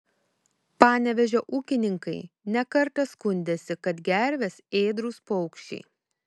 panevėžio ūkininkai ne kartą skundėsi kad gervės ėdrūs paukščiai